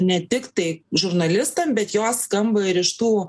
ne tik tai žurnalistam bet jos skamba ir iš tų